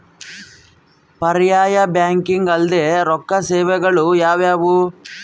ಪರ್ಯಾಯ ಬ್ಯಾಂಕಿಂಗ್ ಅಲ್ದೇ ರೊಕ್ಕ ಸೇವೆಗಳು ಯಾವ್ಯಾವು?